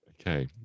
Okay